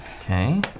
okay